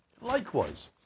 Likewise